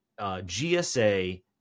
GSA